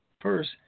First